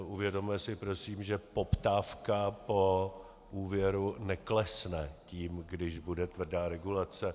Uvědomme si prosím, že poptávka po úvěru neklesne tím, když bude tvrdá regulace.